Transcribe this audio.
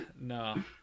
no